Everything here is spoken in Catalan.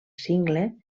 cingle